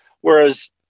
Whereas